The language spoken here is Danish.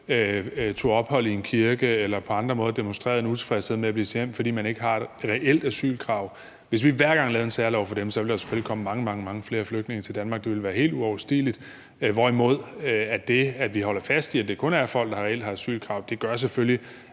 tog ophold i en kirke eller på andre måder demonstrerede en utilfredshed med at blive sendt hjem, fordi de ikke havde et reelt asylkrav, lavede en særlov for dem, så ville der selvfølgelig komme mange, mange flere flygtninge til Danmark. Det ville være helt uoverstigeligt, hvorimod at det, at vi holder fast i, at det kun skal gælde folk, der reelt har et asylkrav, selvfølgelig